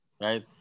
right